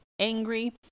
angry